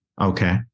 Okay